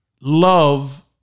love